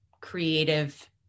creative